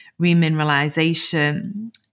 remineralization